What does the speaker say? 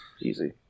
easy